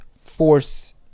force